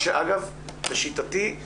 אגב, לשיטתי זה